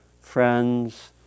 friends